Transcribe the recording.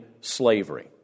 slavery